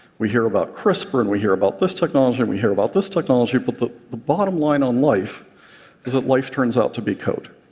we hear about crispr, and we hear about this technology, and we hear about this technology. but the the bottom line on life is that life turns out to be code.